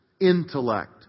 intellect